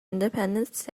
independence